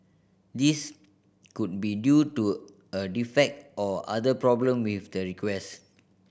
this could be due to a defect or other problem with the request